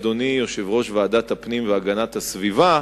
אדוני יושב-ראש ועדת הפנים והגנת הסביבה,